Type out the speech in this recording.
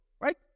right